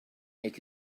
make